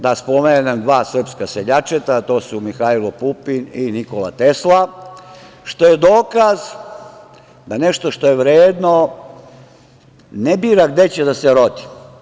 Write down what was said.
Da spomenem dva srpska seljačeta – Mihajlo Pupin i Nikola Tesla, što je dokaz da nešto što je vredno ne bira gde će da se rodi.